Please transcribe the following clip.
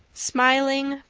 smiling,